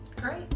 Great